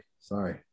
sorry